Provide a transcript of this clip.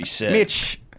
Mitch